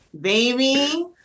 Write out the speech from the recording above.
Baby